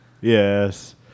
Yes